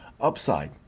Upside